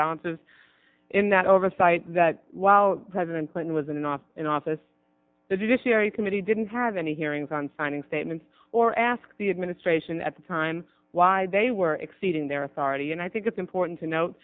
balances in that oversight that while president clinton was in office in office the judiciary committee didn't have any hearings on signing statements or ask the administration at the time why they were exceeding their authority and i think it's important to no